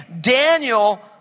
Daniel